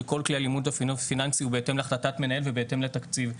שכל כלי הלימוד הפיננסי הוא בהתאם להחלטת מנהל ובהתאם לתקציב.